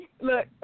Look